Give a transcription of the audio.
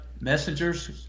messengers